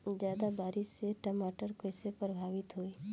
ज्यादा बारिस से टमाटर कइसे प्रभावित होयी?